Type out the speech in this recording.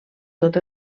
tot